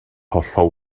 hollol